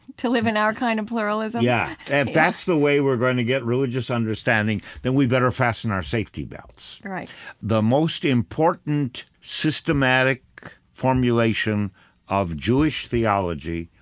to live in our kind of pluralism? yeah, if and that's the way we're going to get religious understanding, then we better fasten our safety belts. the most important systematic formulation of jewish theology,